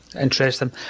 Interesting